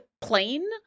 plain